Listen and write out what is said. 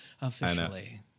officially